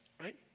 right